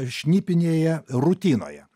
šnipinėje rutinoje